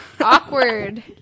Awkward